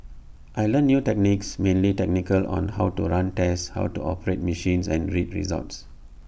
I learnt new techniques mainly technical on how to run tests how to operate machines and read results